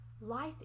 life